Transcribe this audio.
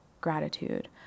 gratitude